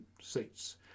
seats